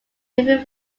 moving